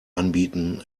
anbieten